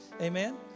Amen